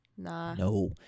No